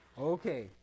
Okay